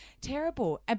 terrible